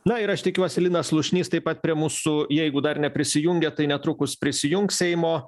na ir aš tikiuosi linas slušnys taip pat prie mūsų jeigu dar neprisijungė tai netrukus prisijungs seimo